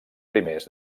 primers